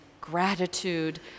gratitude